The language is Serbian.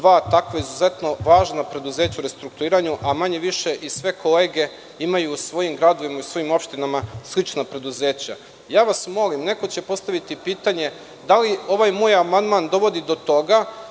dva takva, izuzetno važna preduzeća u restrukturiranju a manje-više i sve kolege imaju u svojim gradovima i svojim opštinama slična preduzeća. Molim vas, neko će postaviti pitanje da li ovaj moj amandman dovodi do toga